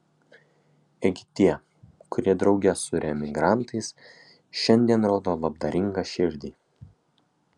ėgi tie kurie drauge su reemigrantais šiandien rodo labdaringą širdį